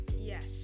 Yes